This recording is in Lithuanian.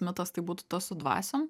mitas tai būtų tas su dvasiom